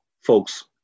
folks